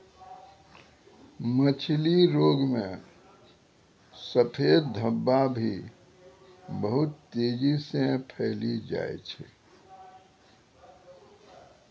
मछली रोग मे सफेद धब्बा भी बहुत तेजी से फैली जाय छै